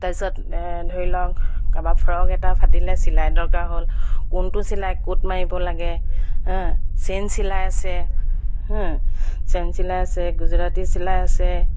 তাৰপিছত ধৰি লওক কাৰোবাৰ ফ্ৰক এটা ফাটিলে চিলাই দৰকাৰ হ'ল কোনটো চিলাই ক'ত মাৰিব লাগে চেন চিলাই আছে চেইন চিলাই আছে গুজৰাটী চিলাই আছে